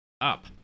up